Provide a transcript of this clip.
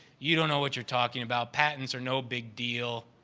you don't know what you're talking about patents are no big deal.